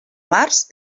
març